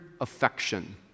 affection